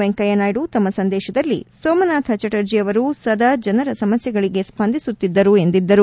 ವೆಂಕಯ್ನಾಯ್ನು ತಮ್ಮ ಸಂದೇಶದಲ್ಲಿ ಸೋಮನಾಥ್ ಚಟರ್ಜಿ ಅವರು ಸದಾ ಜನರ ಸಮಸ್ನೆಗಳಿಗೆ ಸ್ವಂದಿಸುತ್ತಿದ್ದರು ಎಂದಿದ್ದರು